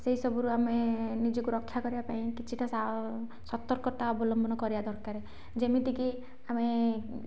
ସେଇ ସବୁରୁ ଆମେ ନିଜକୁ ରକ୍ଷାକରିବା ପାଇଁ କିଛିଟା ସା ସତର୍କତା ଅବଲମ୍ବନ କରିବାଦରକାର ଯେମିତି କି ଆମେ